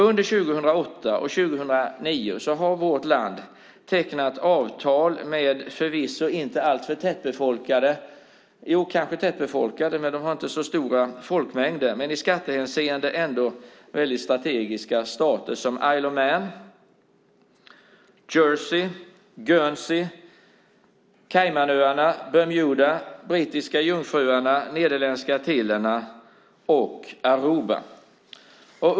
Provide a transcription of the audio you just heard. Under 2008 och 2009 har vårt land tecknat avtal med förvisso inte alltför tättbefolkade - jo kanske tättbefolkade men de har inte så stora folkmängder - men i skattehänseende ändå strategiska stater som Isle of Man, Jersey, Guernsey, Caymanöarna, Bermuda, Brittiska Jungfruöarna, Nederländska Antillerna och Aruba.